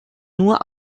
nur